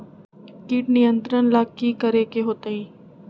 किट नियंत्रण ला कि करे के होतइ?